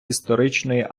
історичної